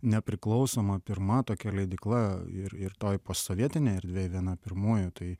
nepriklausoma pirma tokia leidykla ir ir toj posovietinėj erdvėj viena pirmųjų tai